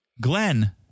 Glenn